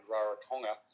Rarotonga